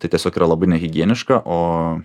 tai tiesiog yra labai nehigieniška o